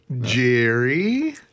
Jerry